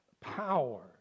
power